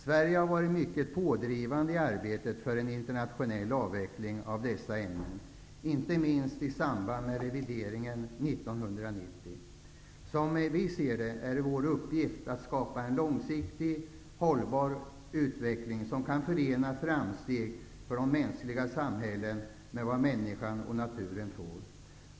Sverige har varit mycket pådrivande i arbetet för en internationell avveckling av dessa ämnen, inte minst i samband med revideringen 1990. Som vi ser det är vår uppgift att skapa en långsiktig, hållbar utveckling som kan förena framsteg för det mänskliga samhället med vad människan och naturen tål.